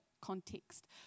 context